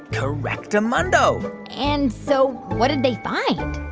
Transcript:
correctamundo and so what did they find?